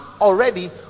already